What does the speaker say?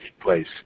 place